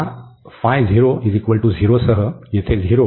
तर या सह येथे